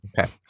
okay